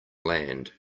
land